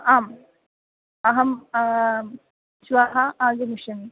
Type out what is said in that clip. आम् अहं श्वः आगमिष्यामि